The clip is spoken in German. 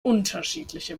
unterschiedliche